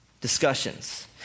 discussions